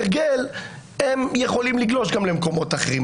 הרגל, הם יכולים לגלוש גם למקומות אחרים.